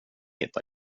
hitta